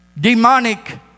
Demonic